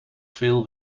veel